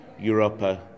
Europa